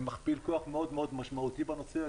זה מכפיל כוח מאוד מאוד משמעותי בנושא.